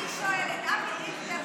אני שואלת: אבי דיכטר,